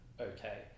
okay